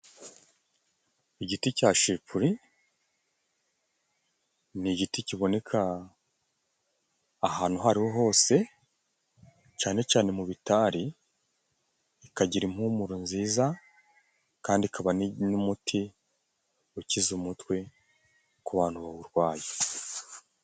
Igiti cya shipuri ni igiti kiboneka ahantu aho ariho hose cyane cyane mu bitari, ikagira impumuro nziza, kandi ikaba n'umuti ukiza umutwe ku bantu bawurwaye.